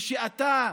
ושאתה,